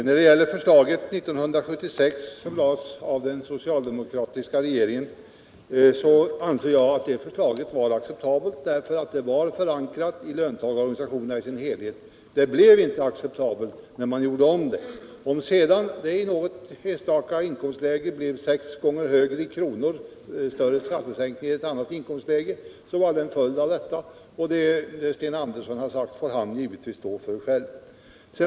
Herr talman! Jag anser att det förslag som lades fram av den socialdemokratiska regeringen 1976 var acceptabelt därför att det var förankrat i samtliga löntagarorganisationer. Det blev inte acceptabelt när det gjordes om. Om det sedan i något enstaka inkomstläge blev sex gånger större skattesänkning i kronor räknat än i något annat inkomstläge så var det en följd av detta. Det Sten Andersson har sagt får han givetvis stå för själv.